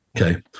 okay